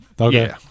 okay